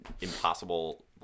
impossible